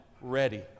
ready